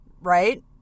right